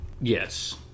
Yes